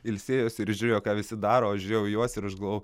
ilsėjosi ir žiūrėjo ką visi daro aš žiūrėjau į juos ir aš galvojau